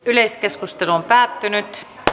yleiskeskustelu päättyi